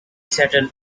settled